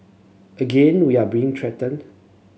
again we are being threatened